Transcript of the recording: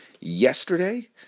yesterday